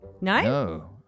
No